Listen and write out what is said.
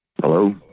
Hello